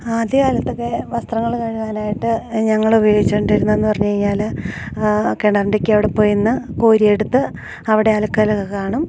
ആദ്യാലത്തൊക്കെ വസ്ത്രങ്ങള് കഴുകുവാനായിട്ട് ഞങ്ങള് ഉപയോഗിച്ചുകൊണ്ടിരിക്കുന്നത് എന്ന് പറഞ്ഞു കഴിഞ്ഞാല് കിണറിന്റെ ഒക്കെ അവിടെ പോയി നിന്ന് കോരിയെടുത്ത് അവിടെ അലക്ക് കല്ലൊക്കെ കാണും